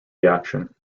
reaction